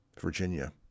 Virginia